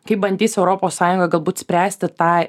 kaip bandys europos sąjunga galbūt spręsti tą